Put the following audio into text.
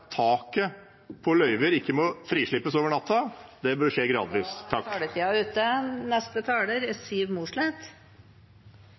taket på løyver ikke må frislippes over natten – det bør skje gradvis. Taletiden er ute. Nå er